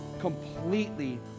completely